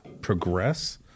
progress